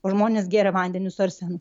o žmonės geria vandenį su arsenu